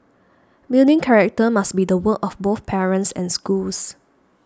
building character must be the work of both parents and schools